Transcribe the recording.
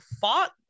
fought